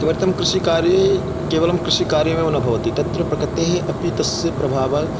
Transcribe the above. किमर्थं कृषिकार्ये केवलं कृषिकार्यमेव न भवति तत्र प्रकृतेः अपि तस्य प्रभावः